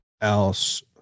else